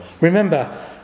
remember